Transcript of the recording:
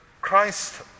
Christ